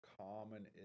common